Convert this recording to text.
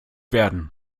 werden